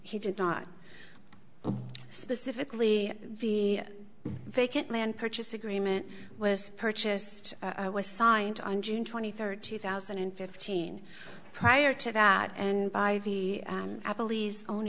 he did not specifically the vacant land purchase agreement was purchased was signed on june twenty third two thousand and fifteen prior to that and by